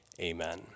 Amen